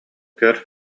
көр